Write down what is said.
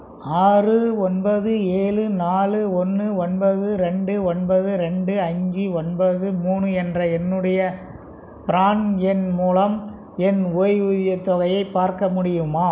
ஆறு ஒன்பது ஏழு நாலு ஒன்று ஒன்பது ரெண்டு ஒன்பது ரெண்டு அஞ்சு ஒன்பது மூணு என்ற என்னுடைய பிரான் எண் மூலம் என் ஓய்வூதியத் தொகையை பார்க்க முடியுமா